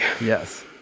Yes